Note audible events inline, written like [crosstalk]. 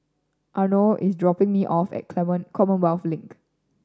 Arno is dropping me off at [unintelligible] Commonwealth Link